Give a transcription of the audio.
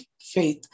faith